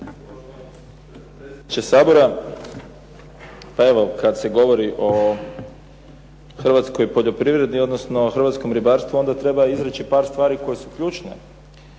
Predsjedniče Sabora. Pa evo, kad se govori o hrvatskoj poljoprivredi odnosno hrvatskom ribarstvu onda treba izreći par stvari koje su ključne,